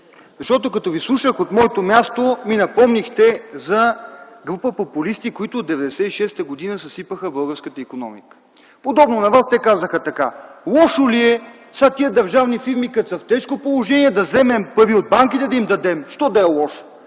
Защото като Ви слушах от моето място, ми напомнихте за група популисти, които през 1996 г. съсипаха българската икономика. Подобно на Вас те казаха така: „Лошо ли е за тези държавни фирми, след като са в тежко положение, да вземем пари от банките и да им дадем? Защо да е лошо?”